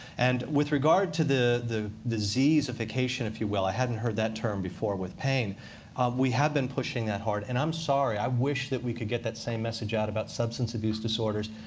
and with regard to the the diseasification, if you will i hadn't heard that term before with pain we have been pushing that hard. and i'm sorry. i wish we could get that same message out about substance abuse disorders,